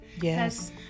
Yes